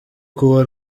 kuba